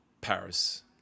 Paris